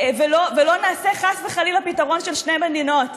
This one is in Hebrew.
ולא נעשה, חס וחלילה, פתרון של שתי מדינות.